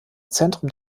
zentrum